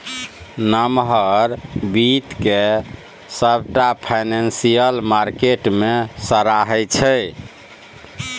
नमहर बित्त केँ सबटा फाइनेंशियल मार्केट मे सराहै छै